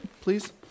please